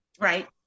Right